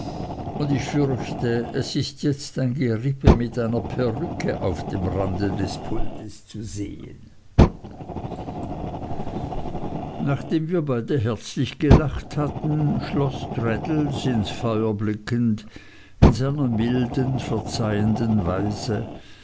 und ich fürchte es ist jetzt ein gerippe mit einer perücke auf dem rande des pultes zu sehen nachdem wir beide herzlich gelacht hatten schloß traddles ins feuer blickend in seiner milden verzeihenden weise